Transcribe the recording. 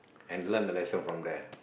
and learn a lesson from there